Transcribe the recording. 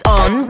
on